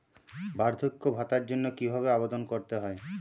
বার্ধক্য ভাতার জন্য কিভাবে আবেদন করতে হয়?